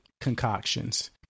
concoctions